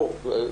ברור.